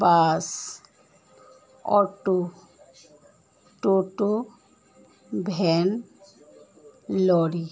bus auto toto van lorry